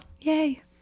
Yay